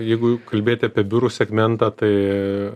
jeigu kalbėti apie biurų segmentą tai